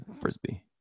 Frisbee